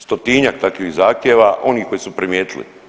Stotinjak takvih zahtjeva onih koji su primijetili.